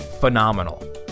phenomenal